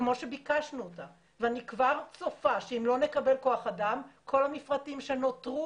כמו שביקשנו אותה ואני כבר צופה שאם לא נקבל כוח אדם כל המפרטים שנותרו,